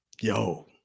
yo